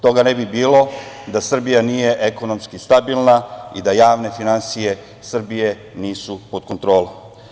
Toga ne bi bilo da Srbija nije ekonomski stabilna i da javne finansije Srbije nisu pod kontrolom.